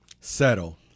settle